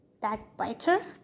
Backbiter